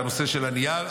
את הנושא של הנייר,